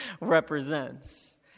represents